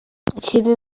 ikindi